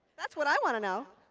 that's what i want to know.